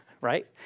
right